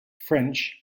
french